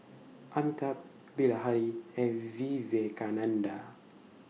Amitabh Bilahari and Vivekananda